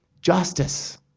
justice